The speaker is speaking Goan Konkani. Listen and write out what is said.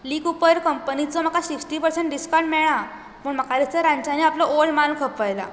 ली कूपर कंपनीचो म्हाका सिक्सटी पर्संट डिसकाउंट मेळ्ळा पूण म्हाका दिसता तांच्यांनी आपलो ओल्ड म्हाल खपयला